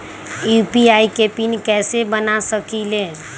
UPI के PIN कैसे बना सकीले?